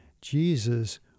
Jesus